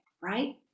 right